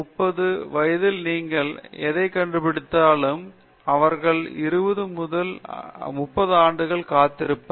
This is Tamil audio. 25 30 அல்லது 35 வயதில் நீங்கள் எதை கண்டுபிடித்தாலும் அவர்கள் 20 அல்லது 30 ஆண்டுகளுக்கு காத்திருப்பார்கள்